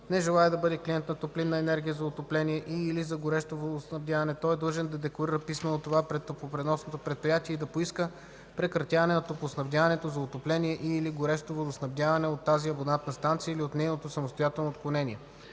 не желае да бъде клиент на топлинна енергия за отопление и/или за горещо водоснабдяване, той е длъжен да декларира писмено това пред топлопреносното предприятие и да поиска прекратяване на топлоснабдяването за отопление и/или горещо водоснабдяване от тази абонатна станция или от нейното самостоятелно отклонение.”